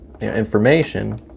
information